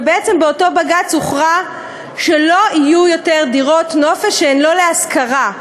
ובעצם באותו בג"ץ הוכרע שלא יהיו יותר דירות נופש שהן לא להשכרה.